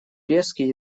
резкий